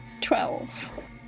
Twelve